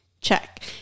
check